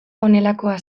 honelakoa